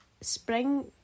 spring